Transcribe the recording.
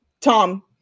tom